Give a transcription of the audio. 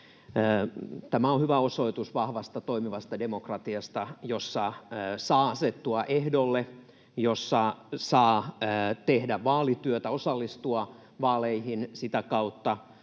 Tämä on hyvä osoitus vahvasta, toimivasta demokratiasta, jossa saa asettua ehdolle, jossa saa tehdä vaalityötä, osallistua vaaleihin sitä kautta.